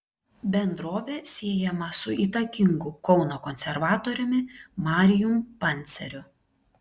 bendrovė siejama su įtakingu kauno konservatoriumi marijum panceriu